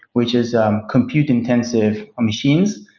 which is um compute-intensive ah machines.